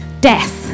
Death